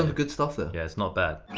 ah good stuff there. yeah, it's not bad.